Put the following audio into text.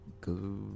go